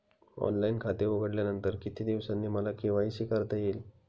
Online खाते उघडल्यानंतर किती दिवसांनी मला के.वाय.सी करता येईल?